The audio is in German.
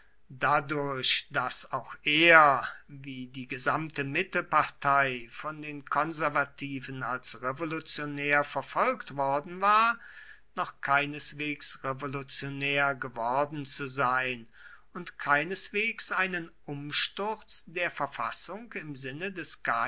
dadurch daß auch er wie die gesamte mittelpartei von den konservativen als revolutionär verfolgt worden war noch keineswegs revolutionär geworden zu sein und keineswegs einen umsturz der verfassung im sinne des